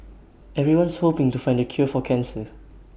everyone's hoping to find the cure for cancer